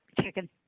Chicken